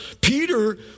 Peter